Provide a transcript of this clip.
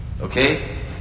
Okay